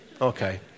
Okay